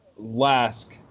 Lask